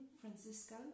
Francisco